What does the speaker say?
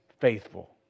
faithful